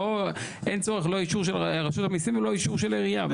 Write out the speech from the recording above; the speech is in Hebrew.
לא צריך אישור של רשות המיסים ולא אישור של העירייה.